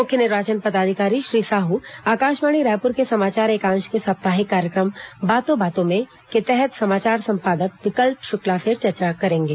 मुख्य निर्वाचन पदाधिकारी श्री साहू आकाशवाणी रायपुर के समाचार एकांश के साप्ताहिक कार्यक्रम बातों बातों में के तहत समाचार संपादक विकल्प शुक्ला से चर्चा करेंगे